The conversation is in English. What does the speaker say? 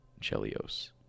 Chelios